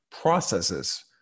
processes